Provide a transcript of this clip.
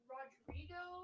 Rodrigo